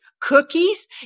cookies